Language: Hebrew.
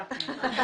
תודה.